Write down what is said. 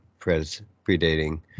predating